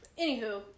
Anywho